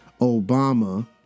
Obama